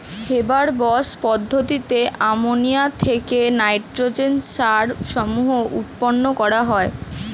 Haber Bosch পদ্ধতিতে ammonia থেকে nitrogen সার সমূহ উৎপন্ন করা হয়